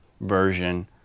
version